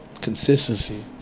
Consistency